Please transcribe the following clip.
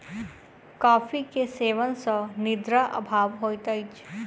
coffee के सेवन सॅ निद्रा अभाव होइत अछि